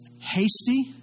hasty